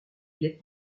viêt